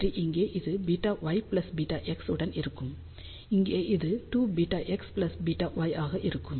இங்கே இது βy βx உடன் இருக்கும் இங்கே இது 2βx βy ஆக இருக்கும்